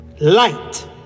light